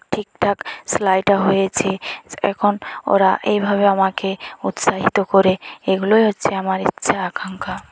ঠিক ঠাক সেলাইটা হয়েছে এখন ওরা এইভাবে আমাকে উৎসাহিত করে এগুলোই হচ্ছে আমার ইচ্ছা আকাঙ্ক্ষা